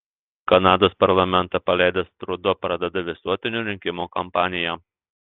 kanados parlamentą paleidęs trudo pradeda visuotinių rinkimų kampaniją